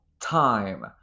time